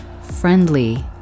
Friendly